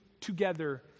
together